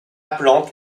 plante